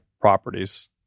properties